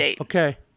okay